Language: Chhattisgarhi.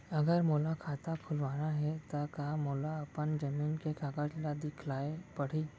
अगर मोला खाता खुलवाना हे त का मोला अपन जमीन के कागज ला दिखएल पढही?